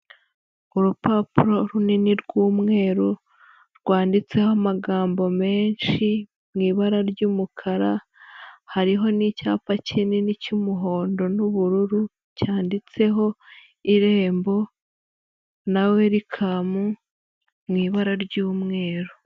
Urupapuro runini rw'umweru rwanditseho amagambo menshi, mu ibara ry'umukara, hariho n'icyapa kinini cy'umuhondo n'ubururu cyanditseho irembo, na werikamu mu ibara ry'umweru.